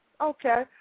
Okay